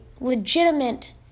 legitimate